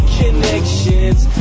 connections